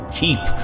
keep